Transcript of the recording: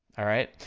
alright?